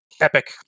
epic